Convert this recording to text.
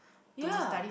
ya